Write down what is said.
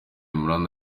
imran